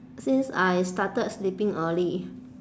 since I started sleeping early